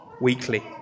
weekly